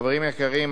חברים יקרים,